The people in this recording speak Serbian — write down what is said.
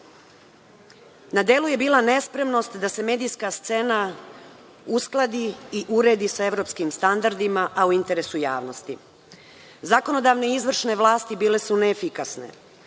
na delu je bila nespremnost da se medijska scena uskladi i uradi sa evropskim standardima, a u interesu javnosti. Zakonodavne i izvršne vlasti bile su neefikasne.